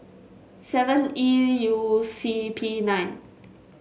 seven E U C P nine